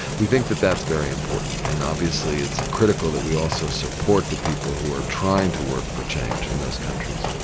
we think that that's very important, and obviously it's critical that we also support the people who are trying to work for change in those countries.